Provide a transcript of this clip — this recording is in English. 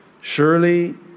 Surely